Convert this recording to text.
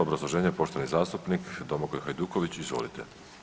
Obrazloženje, poštovani zastupnik Domagoj Hajduković, izvolite.